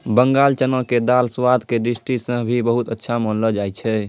बंगाल चना के दाल स्वाद के दृष्टि सॅ भी बहुत अच्छा मानलो जाय छै